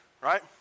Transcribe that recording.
right